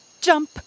jump